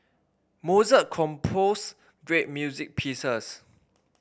Mozart composed great music pieces